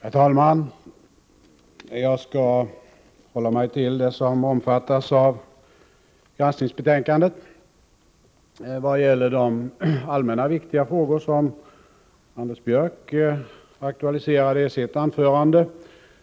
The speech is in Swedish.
Herr talman! Jag skall hålla mig till de frågor som omfattas av granskningsbetänkandet. De allmänna, viktiga frågor som Anders Björck aktualiserade i sitt anförande